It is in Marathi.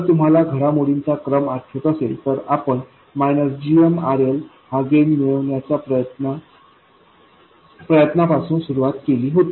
जर तुम्हाला घडामोडींचा क्रम आठवत असेल तर आपण gmRL हा गेन मिळविण्याच्या प्रयत्न पासून सुरवात केली होती